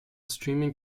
streaming